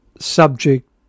subject